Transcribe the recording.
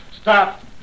Stop